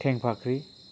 थेंफाख्रि